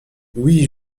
oui